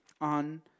on